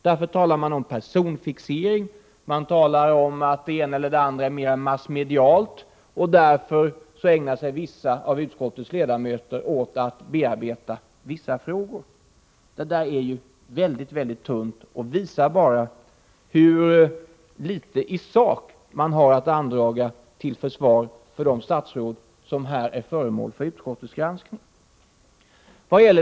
Därför talar man om personfixering, man talar om att det ena eller andra är mer massmedialt och att vissa av utskottets ledamöter därför ägnar sig åt att bearbeta vissa frågor. Den argumenteringen är mycket tunn och visar bara hur litet man i sak har att andraga till försvar för de statsråd som är föremål för utskottets granskning.